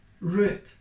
root